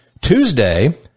Tuesday